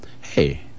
Hey